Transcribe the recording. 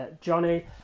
Johnny